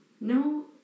No